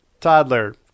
toddler